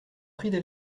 prient